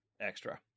extra